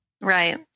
Right